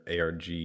ARG